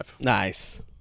Nice